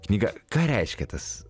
knyga ką reiškia tas